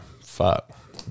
Fuck